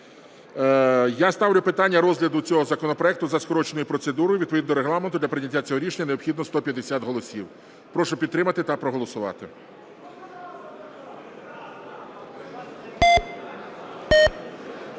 Я ставлю питання розгляду цього законопроекту за скороченою процедурою, відповідно до Регламенту для прийняття цього рішення необхідно 150 голосів. Прошу підтримати та проголосувати.